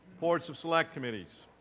reports of select committees.